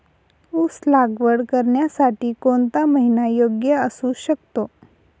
ऊस लागवड करण्यासाठी कोणता महिना योग्य असू शकतो?